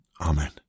Amen